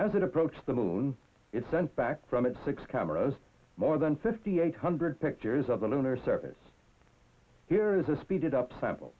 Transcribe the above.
as it approached the moon it sent back from its six cameras more than fifty eight hundred pictures of the lunar surface here is a speeded up